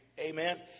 Amen